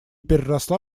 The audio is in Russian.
переросла